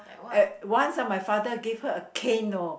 and once my father gave her a cane you know